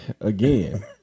again